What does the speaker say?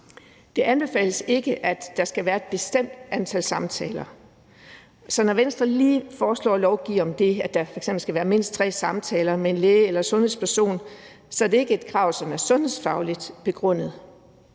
Det anbefales ikke, at der skal være et bestemt antal samtaler. Så når Venstre foreslår lige at lovgive om det, altså at der f.eks. skal være mindst tre samtaler med en læge eller sundhedsperson, er det ikke et krav, som er sundhedsfagligt begrundet.